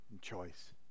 choice